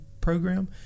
program